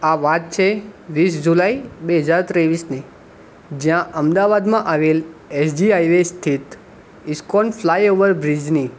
આ વાત છે વીસ જુલાઈ બે હજાર ત્રેવીસની જ્યાં અમદાવાદમાં આવેલ એસ જી હાઇવે સ્થિત ઈસ્કૉન ફ્લાય ઓવર બ્રિજની